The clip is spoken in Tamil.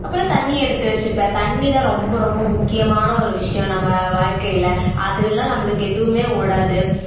அப்புறம் தண்ணி எடுத்து வச்சுப்பேன் தண்ணிதான் ரொம்ப ரொம்ப முக்கியமான ஒரு விஷயம் நம்ப வாழ்க்கையில் அது இல்லைன்னா நம்பளுக்கு எதுவும் ஓடாது